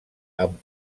amb